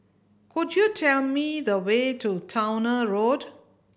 could you tell me the way to Towner Road